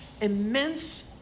immense